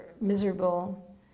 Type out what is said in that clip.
miserable